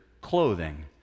clothing